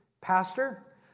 pastor